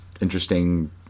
interesting